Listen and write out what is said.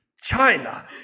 China